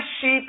sheep